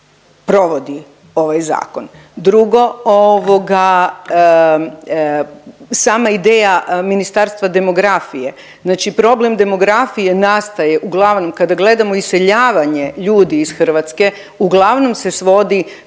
provodi ovaj zakon. Drugo, ovoga sama ideja Ministarstva demografije, znači problem demografije nastaje uglavnom kada gledamo iseljavanje ljudi iz Hrvatske uglavnom se svodi,